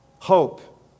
hope